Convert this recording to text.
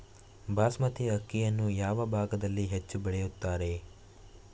ಬಾಸ್ಮತಿ ಅಕ್ಕಿಯನ್ನು ಯಾವ ಭಾಗದಲ್ಲಿ ಹೆಚ್ಚು ಬೆಳೆಯುತ್ತಾರೆ?